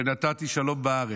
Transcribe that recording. ונתתי שלום בארץ".